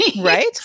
Right